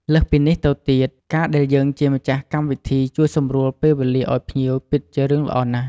លើសពីនេះទៅទៀត កាលដែលយើងជាម្ចាស់កម្មវិធីជួយសម្រួលពេលវេលាឲ្យភ្ញៀវពិតជារឿងល្អណាស់។